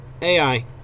AI